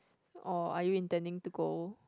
or are you intending to go